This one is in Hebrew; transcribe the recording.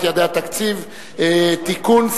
יעדי התקציב והמדיניות הכלכלית לשנות הכספים 2003 ו-2004) (תיקון,